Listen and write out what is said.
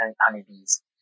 honeybees